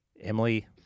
Emily